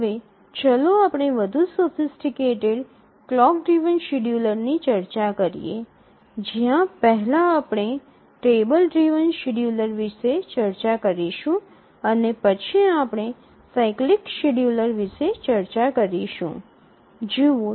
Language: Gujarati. હવે ચાલો આપણે વધુ સોફિસટીકટેડ ક્લોક ડ્રિવન શેડ્યૂલરની ચર્ચા કરીએ જ્યાં પહેલા આપણે ટેબલ ડ્રિવન શેડ્યૂલર વિશે ચર્ચા કરીશું અને પછી આપણે સાયક્લિક શેડ્યૂલર વિશે ચર્ચા કરીશું